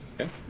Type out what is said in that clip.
okay